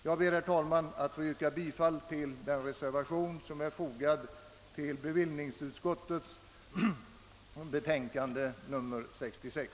Jag ber, herr talman, att få yrka bifall till den reservation som är fogad vid bevillningsutskottets betänkande nr 66.